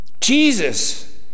Jesus